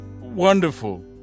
wonderful